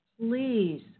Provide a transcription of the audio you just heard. Please